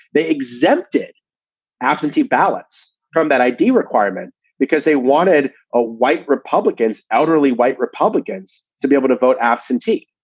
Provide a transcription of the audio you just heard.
they exempted absentee ballots from that i d. requirement because they wanted a white republicans, elderly white republicans to be able to vote absentee.